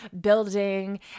building